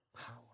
power